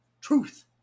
Truth